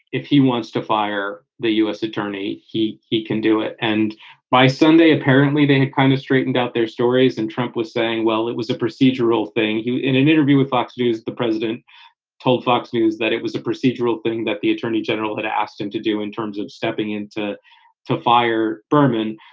if he wants to fire the u s. attorney. he he can do it. and by sunday, apparently, they had kind of straightened out their stories and trump was saying, well, it was a procedural thing. in an interview with fox news. the president told fox news that it was a procedural thing that the attorney general had asked him to do in terms of stepping into to to fire berman.